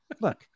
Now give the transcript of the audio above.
Look